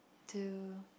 to